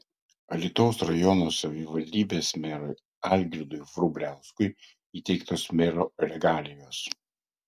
alytaus rajono savivaldybės merui algirdui vrubliauskui įteiktos mero regalijos